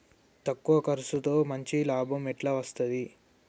తక్కువ కర్సుతో మంచి లాభం ఎట్ల అస్తది?